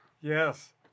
Yes